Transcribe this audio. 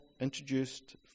introduced